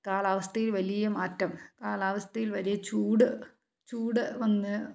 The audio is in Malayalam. കാലാവസ്ഥയിൽ വലിയ മാറ്റം കാലാവസ്ഥയിൽ വലിയ ചൂട് ചൂട് വന്ന്